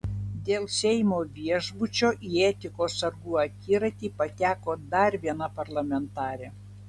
dėl seimo viešbučio į etikos sargų akiratį pateko dar viena parlamentarė